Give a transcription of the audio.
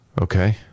Okay